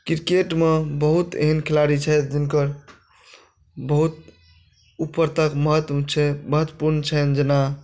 क्रिकेटमे बहुत एहन खिलाड़ी छथि जिनकर बहुत ऊपर तक महत्व छै महत्वपूर्ण छनि जेना